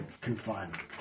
confinement